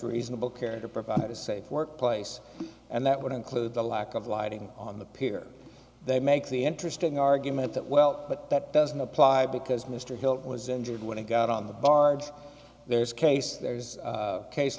reasonable care to provide a safe workplace and that would include the lack of lighting on the pier they make the interesting argument that well but that doesn't apply because mr hill was injured when he got on the barge there's a case there's case